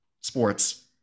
sports